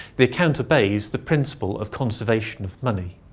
the account obeys the principle of conservation of money.